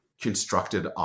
constructed